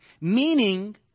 meaning